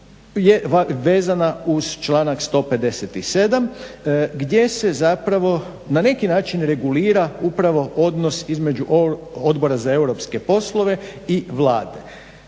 su vezana uz članak 157. gdje se zapravo na neki način regulira upravo odnos između Odbora za europske poslove i Vlade.